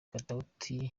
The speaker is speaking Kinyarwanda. katauti